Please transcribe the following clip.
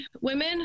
women